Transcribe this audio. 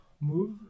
move